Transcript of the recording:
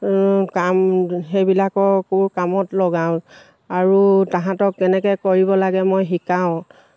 কাম সেইবিলাককো কামত লগাওঁ আৰু তাহাঁতক কেনেকৈ কৰিব লাগে মই শিকাওঁ